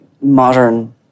modern